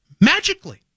Magically